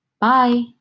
Bye